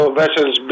vessels